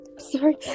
Sorry